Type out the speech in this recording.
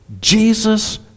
Jesus